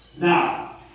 Now